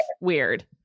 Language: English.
weird